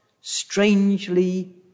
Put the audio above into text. strangely